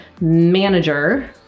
manager